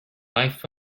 life